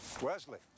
Wesley